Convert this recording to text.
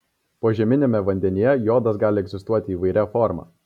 požeminiame vandenyje jodas gali egzistuoti įvairia forma